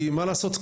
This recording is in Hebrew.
מה לעשות,